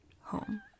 home